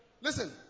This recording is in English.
Listen